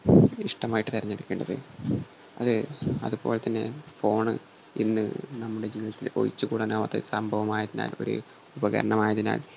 ഇഷ്ടമായിട്ട് തിരഞ്ഞെടുക്കേണ്ടത് അത് അതു പോലെ തന്നെ ഫോൺ ഇന്ന് നമ്മുടെ ജീവിതത്തിൽ ഒഴിച്ചു കൂടാനാകാത്ത സംഭവമായതിനാൽ ഒരു ഉപകരണമായതിനാൽ